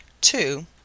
Two